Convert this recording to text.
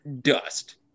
dust